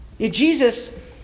Jesus